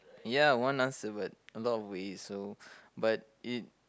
ya one answer but a lot of ways so but it